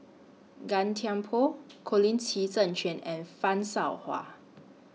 Gan Thiam Poh Colin Qi Zhe Quan and fan Shao Hua